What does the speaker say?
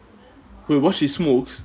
wait what she smokes